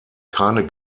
keine